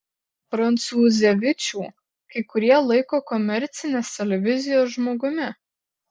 prancūzevičių kai kurie laiko komercinės televizijos žmogumi